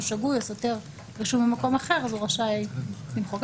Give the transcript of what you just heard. שגוי או סותר רישום במקום אחר אז הוא רשאי למחוק.